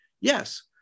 yes